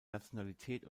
nationalität